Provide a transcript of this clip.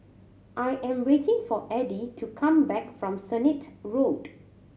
I am waiting for Edie to come back from Sennett Road